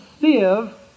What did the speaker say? sieve